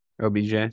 OBJ